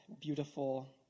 beautiful